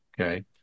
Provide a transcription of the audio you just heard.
okay